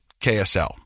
KSL